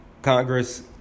Congress